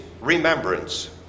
remembrance